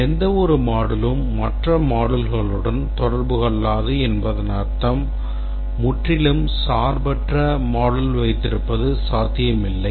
எந்தவொரு moduleம் மற்ற moduleகளுடன் தொடர்பு கொள்ளாது என்பதன் அர்த்தம் முற்றிலும் சார்பற்ற modules வைத்திருப்பது சாத்தியமில்லை